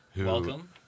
Welcome